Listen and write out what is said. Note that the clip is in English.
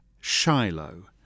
Shiloh